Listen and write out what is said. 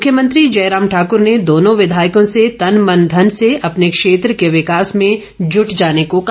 मुख्यमंत्री जयराम ठाकुर ने दोनों विधायकों से तन मन धन से अपने क्षेत्र के विकास में जुट जाने को कहा